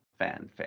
fanfic